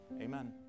Amen